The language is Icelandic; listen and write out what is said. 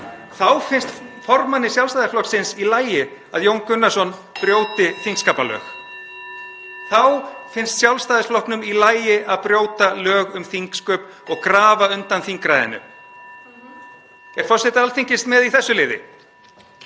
þá finnst formanni Sjálfstæðisflokksins í lagi að Jón Gunnarsson brjóti þingskapalög. (Forseti hringir.) Þá finnst Sjálfstæðisflokknum í lagi að brjóta lög um þingsköp og grafa undan þingræðinu. Er forseti Alþingis með í þessu liði?